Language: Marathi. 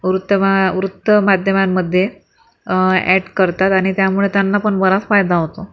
वृत्तमा वृत्तमाध्यमांमध्ये ॲड करतात आणि त्यामुळे त्यांना पण बराच फायदा होतो